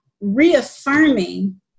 reaffirming